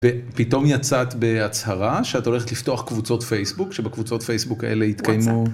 פתאום יצאת בהצהרה שאת הולכת לפתוח קבוצות פייסבוק וואטסאפ שבקבוצות פייסבוק האלה יתקיימו.